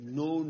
no